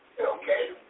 Okay